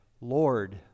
Lord